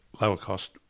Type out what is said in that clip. lower-cost